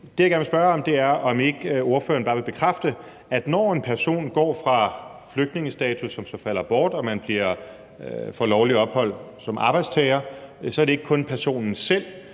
Det, jeg gerne vil spørge om, er, om ikke ordføreren bare vil bekræfte, at når en person går fra flygtningestatus, som så falder bort, og får lovligt ophold som arbejdstager, så er det ikke kun personen selv,